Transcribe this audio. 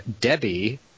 Debbie